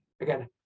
again